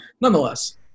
nonetheless